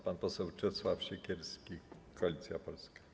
Pan poseł Czesław Siekierski, Koalicja Polska.